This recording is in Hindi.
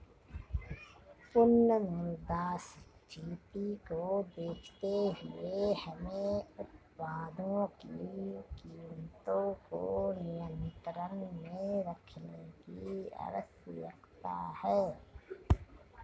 पुनः मुद्रास्फीति को देखते हुए हमें उत्पादों की कीमतों को नियंत्रण में रखने की आवश्यकता है